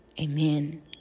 Amen